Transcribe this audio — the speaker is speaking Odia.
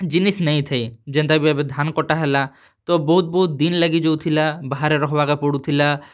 ଜିନିଷ୍ ନେଇଥାଇ ଯେନ୍ତାକି ଏବେ ଧାନ୍ କଟା ହେଲା ତ ବହୁତ୍ ବହୁତ୍ ଦିନ୍ ଲାଗି ଯାଉଥିଲା ବାହାରେ ରହେବାର୍କେ ପଡ଼ୁଥିଲା